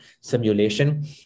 simulation